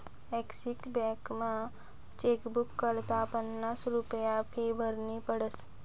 Axis बॅकमा chequebook करता पन्नास रुप्या फी भरनी पडस